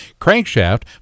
crankshaft